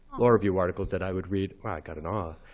law review articles that i would read. wow, i got an aw.